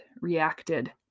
reacted